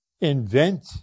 invent